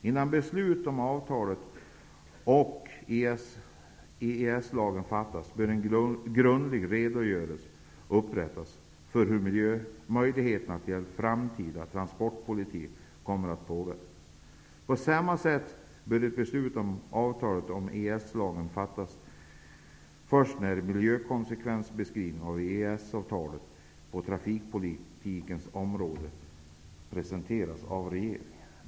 Innan beslut om avtalet och EES-lag fattas bör en grundlig redogörelse upprättas för hur möjligheterna till en framtida transportpolitik kommer att påverkas. På samma sätt bör ett beslut om avtalet om EES lagen fattas först när en miljökonsekvensbeskrivning av EES-avtalet på trafikpolitikens område presenterats av regeringen.